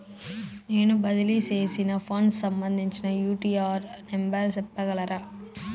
నేను బదిలీ సేసిన ఫండ్స్ సంబంధించిన యూ.టీ.ఆర్ నెంబర్ సెప్పగలరా